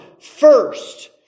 first